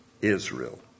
Israel